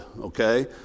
okay